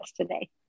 today